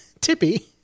Tippy